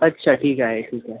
अच्छा ठीक आहे ठीक आहे